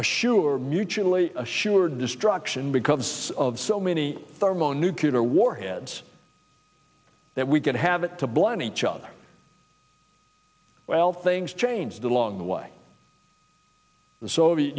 assure mutually assured destruction because of so many thermo nuclear warheads that we can have it to blunt each other well things changed along the way the soviet